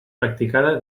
practicada